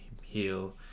heal